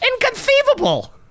Inconceivable